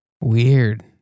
Weird